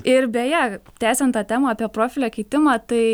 ir beje tęsiant tą temą apie profilio keitimą tai